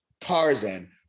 Tarzan